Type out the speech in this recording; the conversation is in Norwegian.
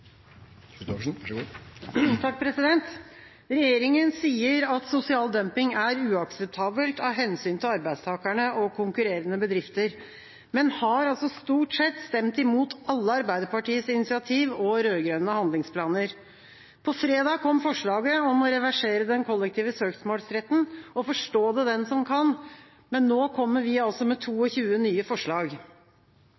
sier at sosial dumping er uakseptabelt av hensyn til arbeidstakerne og konkurrerende bedrifter, men man har stort sett stemt imot alle Arbeiderpartiets initiativ og rød-grønne handlingsplaner. På fredag kom forslaget om å reversere den kollektive søksmålsretten – forstå det den som kan! Men nå kommer vi med